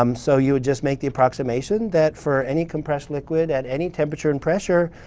um so you would just make the approximation that for any compressed liquid at any temperature and pressure